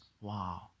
Wow